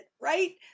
right